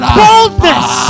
boldness